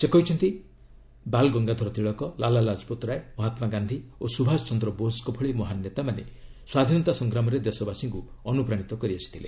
ସେ କହିଛନ୍ତି ବାଳ ଗଙ୍ଗାଧର ତିଳକ ଲାଲା ଲାକପତ ରାୟ ମହାତ୍ମା ଗାନ୍ଧି ଓ ସୁଭାଷ ଚନ୍ଦ୍ର ବୋଷଙ୍କ ଭଳି ମହାନ ନେତାମାନେ ସ୍ୱାଧୀନତା ସଂଗ୍ରାମରେ ଦେଶବାସୀଙ୍କୁ ଅନୁପ୍ରାଣିତ କରିଆସିଥିଲେ